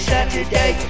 Saturday